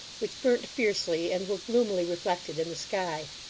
which burnt fiercely and were gloomily reflected in the sky.